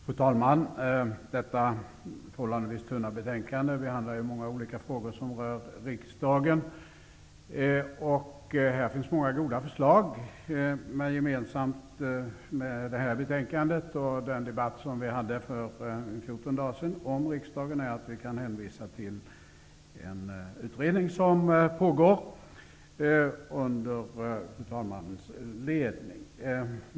Fru talman! Detta förhållandevis tunna betänkande behandlar många olika frågor som rör riksdagen, och här finns många goda förslag. Gemensamt för det här betänkandet och den debatt om riksdagen som vi hade för 14 dagar sedan är att vi kan hänvisa till pågående utredning under fru talmannens ledning.